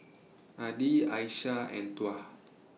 Adi Aisyah and Tuah